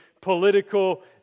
political